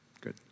Good